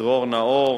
דרור נאור